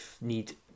need